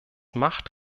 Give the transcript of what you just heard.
macht